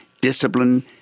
discipline